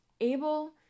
able